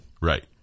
Right